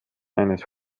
eines